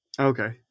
okay